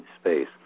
space